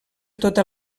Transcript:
tota